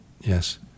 Yes